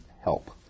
help